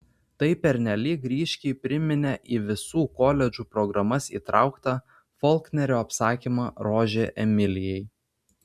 tai pernelyg ryškiai priminė į visų koledžų programas įtrauktą folknerio apsakymą rožė emilijai